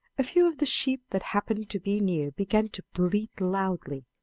a few of the sheep that happened to be near began to bleat loudly,